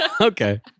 Okay